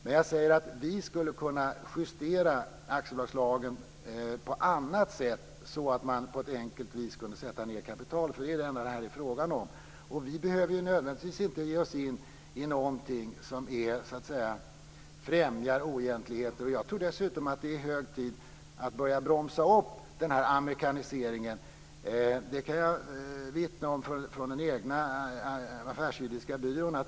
Men jag säger att vi skulle kunna justera aktiebolagslagen på annat sätt, så att man på ett enkelt vis kunde sätta ned kapitalet, för det är det enda det här är fråga om. Vi behöver nödvändigtvis inte ge oss in i någonting som främjar oegentligheter. Jag tror dessutom att det är hög tid att börja bromsa upp amerikaniseringen. Det kan jag vittna om från den egna affärsjuridiska byrån.